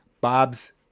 Bob's